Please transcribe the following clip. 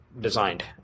designed